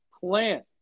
plant